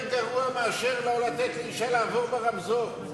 זה יותר גרוע מאשר לא לתת לאשה לעבור ברמזור.